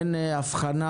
אין הבחנה?